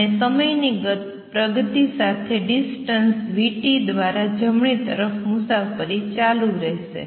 અને સમયની પ્રગતિ સાથે ડિસ્ટન્સ vt દ્વારા જમણી તરફ મુસાફરી ચાલુ રહેશે